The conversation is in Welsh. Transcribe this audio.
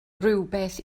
rywbeth